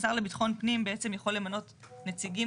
השר לביטחון פנים יכול למנות נציגים